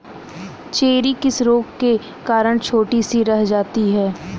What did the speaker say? Cherry किस रोग के कारण छोटी रह जाती है?